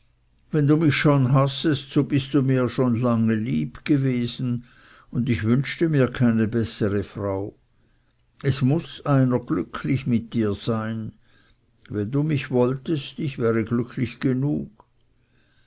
wenn du mich schon hassest so bist du mir schon lange lieb gewesen und ich wünschte mir keine bessere frau es muß einer glücklich mit dir sein wenn du mich wolltest ich wäre glücklich genug